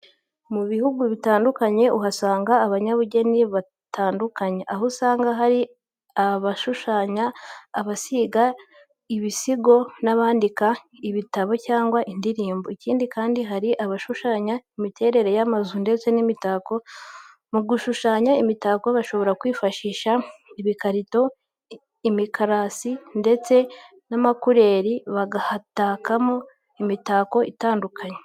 Mu bihugu bitandukanye uhasanga abanyabugeni batandukanye, aho usanga hari abashushanya, abasiga ibisigo n'ababandika ibitabo cyangwa indirimbo. Ikindi kandi hari abashushanya imiterere y'amazu ndetse n'imitako, mu gushushanya imitako bashobora kwifashisha ibikarato, imikasi ndetse n'amakureri bagakatamo imitako itandukanye.